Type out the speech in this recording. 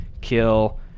kill